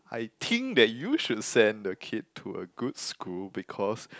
I think that you should send the kid to a good school because